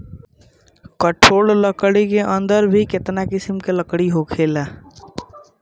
कठोर लकड़ी के अंदर भी केतना किसिम के लकड़ी होखेला